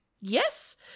Yes